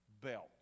belt